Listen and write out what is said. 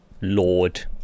Lord